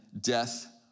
death